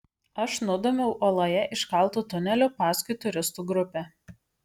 aš nudūmiau uoloje iškaltu tuneliu paskui turistų grupę